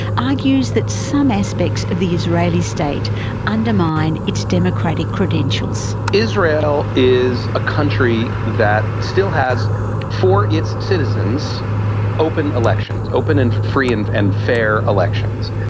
argues that some aspects israeli state undermine its democratic credentials. israel is a country that still has for its citizens open elections, open and free and and fair elections.